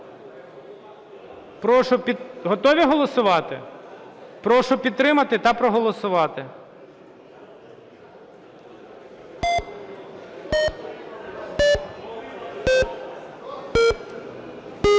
Прошу… Готові голосувати? Прошу підтримати та проголосувати.